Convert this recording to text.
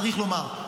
צריך לומר,